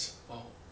orh okay